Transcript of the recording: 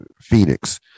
Phoenix